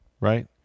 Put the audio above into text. right